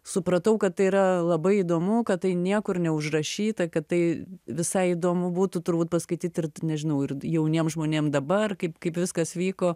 supratau kad tai yra labai įdomu kad tai niekur neužrašyta kad tai visai įdomu būtų turbūt paskaityt ir nežinau ir jauniem žmonėm dabar kaip kaip viskas vyko